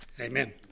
Amen